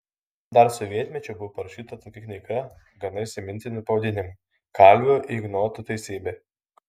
dar sovietmečiu buvo parašyta tokia knyga gana įsimintinu pavadinimu kalvio ignoto teisybė